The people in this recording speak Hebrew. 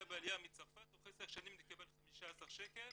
בעליה מצרפת תוך עשר שנים נקבל 15 שקלים